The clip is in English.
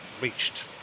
reached